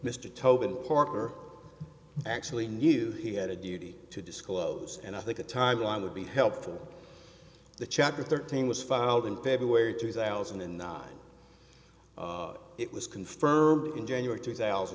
mr tobin parker actually knew he had a duty to disclose and i think a timeline would be helpful the chapter thirteen was filed in february two thousand and nine it was confirmed in january two thousand